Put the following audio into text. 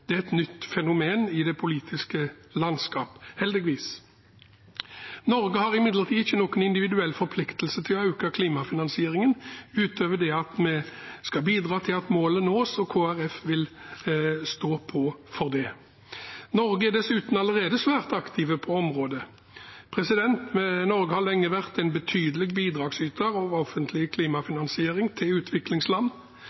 Det er et nytt fenomen i det politiske landskapet, heldigvis. Norge har imidlertid ikke noen individuell forpliktelse til å øke klimafinansieringen utover det at vi skal bidra til at målet nås, og Kristelig Folkeparti vil stå på for det. Norge er dessuten allerede svært aktive på området. Norge har lenge vært en betydelig bidragsyter når det gjelder offentlig